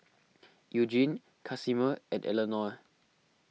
Eugene Casimer and Eleonore